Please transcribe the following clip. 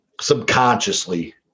subconsciously